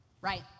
right